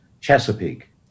Chesapeake